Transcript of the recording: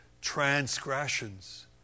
transgressions